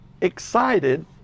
excited